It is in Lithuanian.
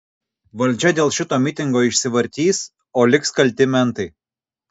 valdžia dėl šito mitingo išsivartys o liks kalti mentai